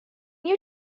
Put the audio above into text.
you